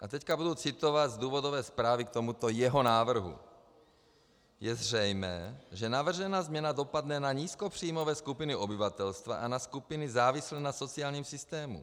A teď budu citovat z důvodové zprávy k tomuto jeho návrhu: Je zřejmé, že navržená změna dopadne na nízkopříjmové skupiny obyvatelstva a na skupiny závislé na sociálním systému.